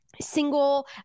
Single